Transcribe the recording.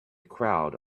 crowd